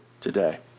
today